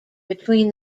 between